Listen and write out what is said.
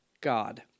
God